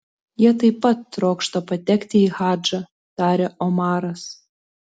jie taip pat trokšta patekti į hadžą tarė omaras